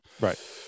Right